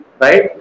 right